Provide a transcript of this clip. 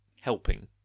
helping